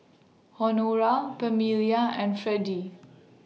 Honora Pamelia and Fredy